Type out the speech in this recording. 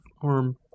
arm